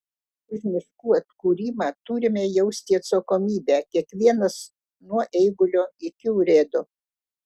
už miškų atkūrimą turime jausti atsakomybę kiekvienas nuo eigulio iki urėdo